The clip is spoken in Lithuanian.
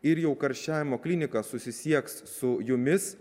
ir jau karščiavimo klinika susisieks su jumis